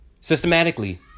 systematically